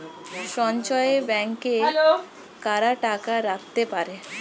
সঞ্চয় ব্যাংকে কারা টাকা রাখতে পারে?